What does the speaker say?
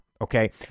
Okay